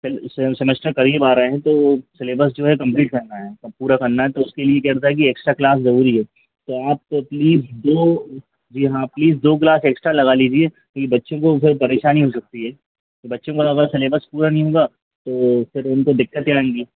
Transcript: semester करीब आ रहा है तो सिलेबस जो है कंप्लीट कराना है तो पूरा करना है तो उसके लिए कह रहा था कि एक्स्ट्रा क्लास ज़रूरी है तो आपको प्लीज़ दो जी हाँ प्लीज़ दो क्लास एक्स्ट्रा लगा लीजिए क्योंकि बच्चों को उधर परेशानी हो सकती है बच्चों का अगर सिलेबस पूरा नहीं होगा तो फिर उनको दिक्कतें नहीं आएँगी